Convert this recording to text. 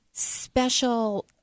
special